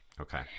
Okay